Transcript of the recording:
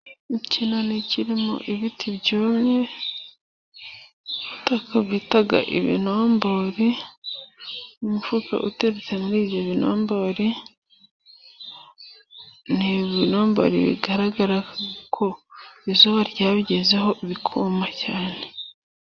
Ikinani kirimo ibiti byumye ibitaka bita ibinombore, umufuka uteretse muri ibyo binombore, ni ibinombore bigaragara ko izuba ryabigezeho bikuma cyane.